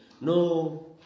no